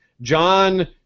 John